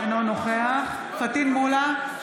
אינו נוכח פטין מולא,